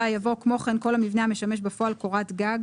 יבוא 'כמו כן כל המבנה המשמש בפועל קורת גג'.